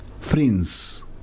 friends